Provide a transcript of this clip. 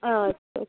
अच्छा ठीक